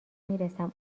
میرسم